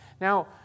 Now